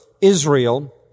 Israel